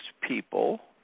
people